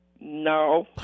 No